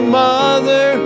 mother